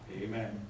Amen